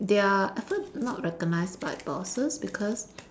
their effort not recognised by bosses because